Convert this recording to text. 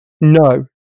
no